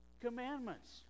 commandments